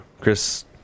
Chris